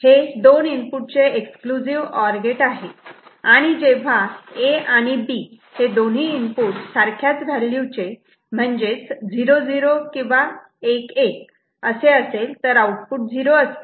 हे दोन इनपुट चे एक्सक्लुझिव्ह ऑर गेट आहे आणि जेव्हा A आणि B हे दोन्ही इनपुट सारख्याच व्हॅल्यू चे म्हणजेच 00 किंवा 11 असे असेल तर आउटपुट 0 असते